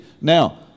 Now